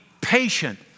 patient